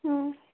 ꯎꯝ